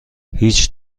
هیچ